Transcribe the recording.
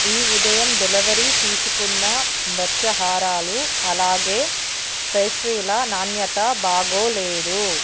ఈ ఉదయం డెలివరీ తీసుకున్న మ్రత్యహారాలు అలాగే పేస్ట్రీల నాణ్యత బాగోలేదు